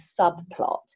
subplot